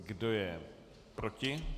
Kdo je proti?